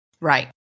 Right